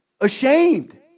ashamed